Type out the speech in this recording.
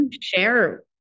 share